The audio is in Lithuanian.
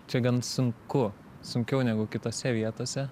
čia gan sunku sunkiau negu kitose vietose